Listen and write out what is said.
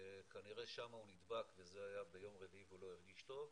וכנראה שם הוא נדבק וזה היה ביום רביעי והוא לא הרגיש טוב.